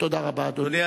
תודה רבה, אדוני.